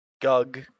Gug